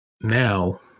now